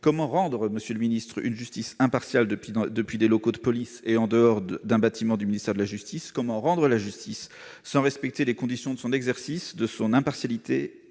Comment rendre une justice impartiale depuis des locaux de police et en dehors d'un bâtiment du ministère de la justice ? Comment rendre la justice sans respecter les conditions de son exercice, de son impartialité